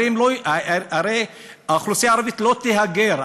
הרי האוכלוסייה הערבית לא תהגר,